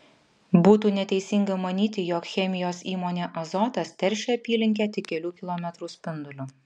būtų neteisinga manyti jog chemijos įmonė azotas teršia apylinkę tik kelių kilometrų spinduliu